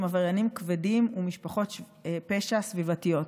עבריינים כבדים ומשפחות פשע סביבתיות.